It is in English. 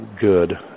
good